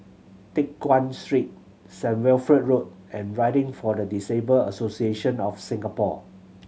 Teck Guan Street Saint Wilfred Road and Riding for the Disabled Association of Singapore